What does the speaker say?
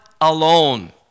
alone